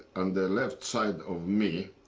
on the left side of me.